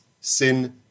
sin